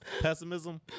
pessimism